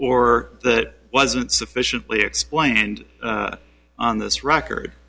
or that wasn't sufficiently explained on this record